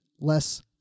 less